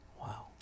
Wow